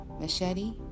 Machete